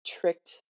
tricked